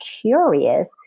curious